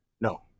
no